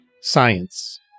Science